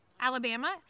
Alabama